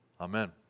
amen